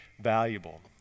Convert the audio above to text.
valuable